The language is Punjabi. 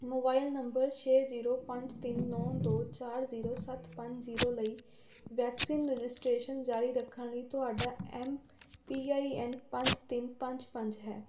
ਮੋਬਾਈਲ ਨੰਬਰ ਛੇ ਜ਼ੀਰੋ ਪੰਜ ਤਿੰਨ ਨੌ ਦੋ ਚਾਰ ਜ਼ੀਰੋ ਸੱਤ ਪੰਜ ਜ਼ੀਰੋ ਲਈ ਵੈਕਸੀਨ ਰਜਿਸਟ੍ਰੇਸ਼ਨ ਜਾਰੀ ਰੱਖਣ ਲਈ ਤੁਹਾਡਾ ਐੱਮ ਪੀ ਆਈ ਐੱਨ ਪੰਜ ਤਿੰਨ ਪੰਜ ਪੰਜ ਹੈ